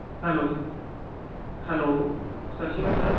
hello hello ਸਤਿ ਸ਼੍ਰੀ ਅਕਾਲ ਸਰ